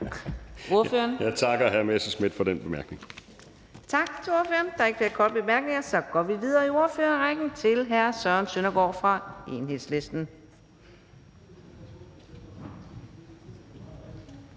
Jeg takker hr. Morten Messerschmidt for den bemærkning.